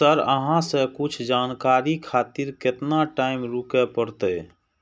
Sir अहाँ से कुछ जानकारी खातिर केतना टाईम रुके परतें?